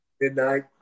Midnight